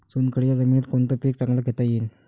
चुनखडीच्या जमीनीत कोनतं पीक चांगलं घेता येईन?